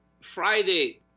Friday